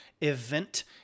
event